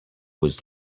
was